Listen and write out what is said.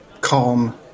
calm